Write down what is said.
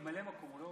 ממלא מקום, הוא לא